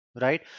right